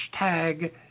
hashtag